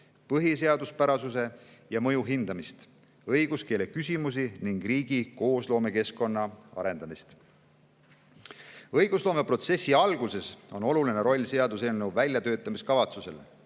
põhiseaduspärasuse ja mõju hindamist, õiguskeele küsimusi ning riigi koosloomekeskkonna arendamist. Õigusloome protsessi alguses on oluline roll seaduseelnõu väljatöötamiskavatsusel,